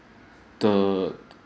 the